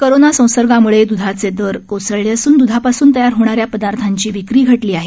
corona संसर्गामुळे दुधाचे दर कोसळले असून दुधापासून तयार होणाऱ्या पदार्थांची विक्री घटली आहे